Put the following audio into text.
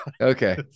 okay